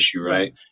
right